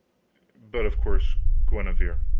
but, of course guenever